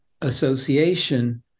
association